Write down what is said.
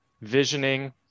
visioning